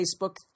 Facebook